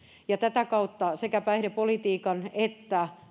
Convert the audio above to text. ja tätä kautta sekä päihdepolitiikan että